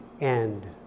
end